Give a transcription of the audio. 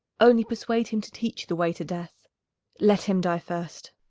only persuade him to teach the way to death let him die first.